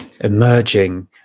emerging